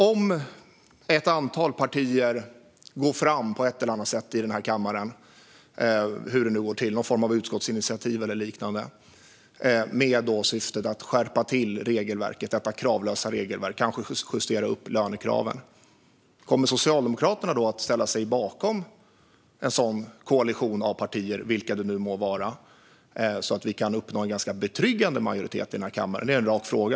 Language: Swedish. Om ett antal partier går fram i kammaren och genom ett utskottsinitiativ eller liknande vill skärpa till det kravlösa regelverket och kanske justera upp lönekraven, kommer Socialdemokraterna då att ställa sig bakom en sådan koalition av partier, vilken den än må vara, så att vi kan uppnå en ganska betryggande majoritet i kammaren? Det är en rak fråga.